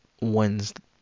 Wednesday